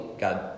God